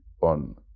on